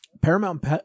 Paramount